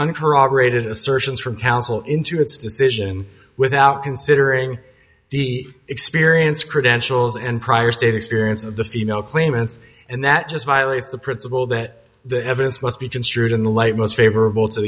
uncorroborated assertions from counsel into its decision without considering the experience credentials and prior state experience of the female claimants and that just violates the principle that the evidence must be construed in the light most favor